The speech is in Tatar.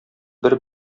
бер